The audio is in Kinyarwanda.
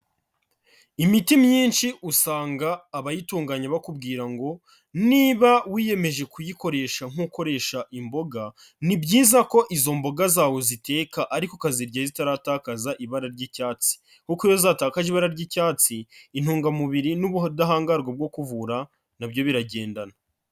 Imiti myinshi usanga abayitunganya bakubwira ngo niba wiyemeje kuyikoresha nk'ukoresha imboga, ni byiza ko izo mboga zawo uziteka ariko ukarya zitaratakaza ibara ry'icyatsi kuko iyo zatakaje ibara ry'icyatsi, intungamubiri n'ubudahangarwa bwo kuvura na byo biragendana.